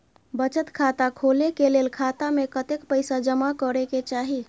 बचत खाता खोले के लेल खाता में कतेक पैसा जमा करे के चाही?